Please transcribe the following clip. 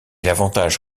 l’avantage